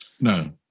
no